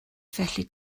felly